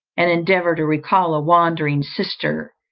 and endeavour to recall a wandering sister,